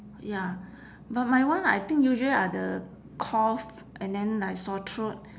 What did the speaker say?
ya but my one I think usually are the cough and then like sore throat